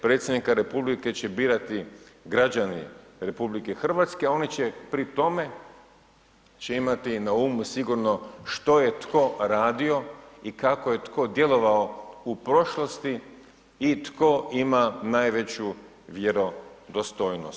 Predsjednika Republike će birati građani RH, a oni će pri tome će imati na umu sigurno što je ko radio i kako je tko djelovao u prošlosti i tko ima najveću vjerodostojnost.